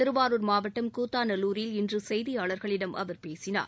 திருவாரூர் மாவட்டம் கூத்தாநல்லூரில் இன்று செய்தியாளர்களிடம் அவர் பேசினார்